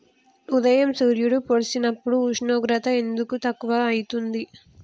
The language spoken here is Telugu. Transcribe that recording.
ఉదయం సూర్యుడు పొడిసినప్పుడు ఉష్ణోగ్రత ఎందుకు తక్కువ ఐతుంది?